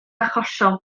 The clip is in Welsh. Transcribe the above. achosion